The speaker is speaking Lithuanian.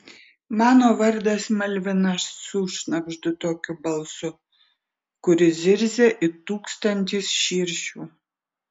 mano vardas malvina sušnabždu tokiu balsu kuris zirzia it tūkstantis širšių